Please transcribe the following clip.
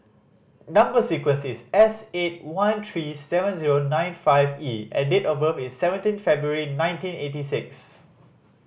number sequence is S eight one three seven zero nine five E and date of birth is seventeen February nineteen eighty six